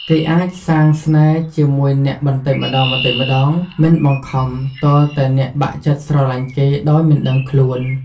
គេអាច សាងស្នេហ៍ជាមួយអ្នកបន្តិចម្តងៗ មិនបង្ខំទាល់តែអ្នកបាក់ចិត្តស្រលាញ់គេ ដោយមិនដឹងខ្លួន។